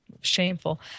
Shameful